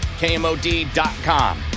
KMOD.com